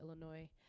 Illinois